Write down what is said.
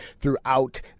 throughout